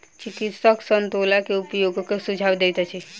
चिकित्सक संतोला के उपयोगक सुझाव दैत अछि